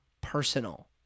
personal